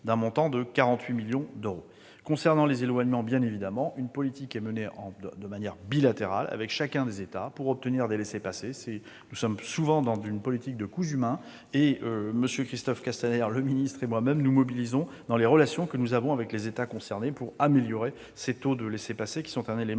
d'un montant de 48 millions d'euros. Concernant les éloignements, bien évidemment, une politique est menée de manière bilatérale avec chacun des États pour obtenir des laissez-passer. Nous sommes souvent dans une politique de cousu main et, avec le ministre Christophe Castaner, je me mobilise dans les relations que nous entretenons avec les États concernés pour améliorer ces taux de laissez-passer, qui sont un élément